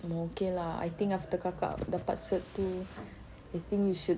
um okay lah I think after kakak dapat cert tu I think you should